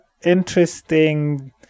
interesting